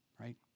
right